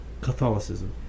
Catholicism